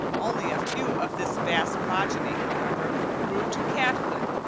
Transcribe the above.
only a few of this vast progeny, however, grew to cat-hood,